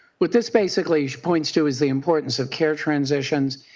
what this basically points to is the importance of care transitions,